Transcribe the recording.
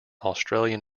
australian